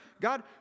God